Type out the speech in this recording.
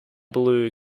blue